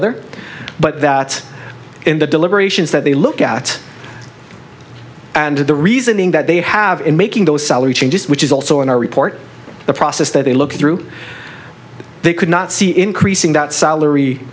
other but that in the deliberations that they look at and the reasoning that they have in making those salary changes which is also in our report a process that they look through they could not see increasing that salary